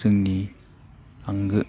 जोंनि आंगो